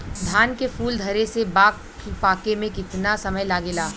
धान के फूल धरे से बाल पाके में कितना समय लागेला?